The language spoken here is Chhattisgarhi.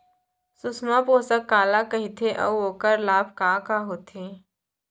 सुषमा पोसक काला कइथे अऊ ओखर लाभ का का होथे?